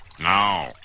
No